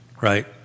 right